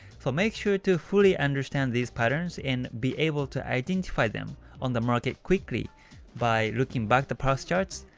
so, make sure to fully understand these patterns and be able to identify them on the market quickly by looking back the past charts,